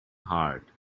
hard